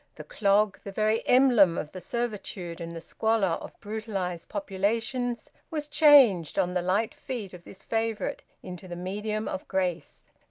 the clog, the very emblem of the servitude and the squalor of brutalised populations, was changed, on the light feet of this favourite, into the medium of grace.